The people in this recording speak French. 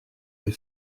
les